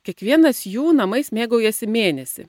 kiekvienas jų namais mėgaujasi mėnesį